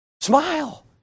Smile